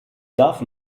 darf